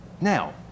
Now